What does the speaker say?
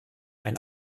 ein